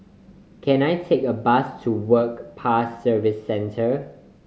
can I take a bus to Work Pass Services Centre